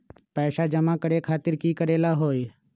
पैसा जमा करे खातीर की करेला होई?